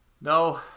No